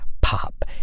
Pop